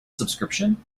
subscription